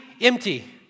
empty